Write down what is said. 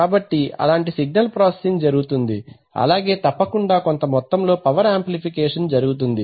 కాబట్టి అలాంటి signal processing జరుగుతుంది అలాగే తప్పకుండా కొంత మొత్తములో పవర్ ఆంప్లిఫికేషన్ జరుగుతుంది